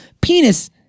Penis